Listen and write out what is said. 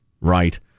right